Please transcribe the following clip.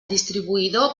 distribuïdor